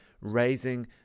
raising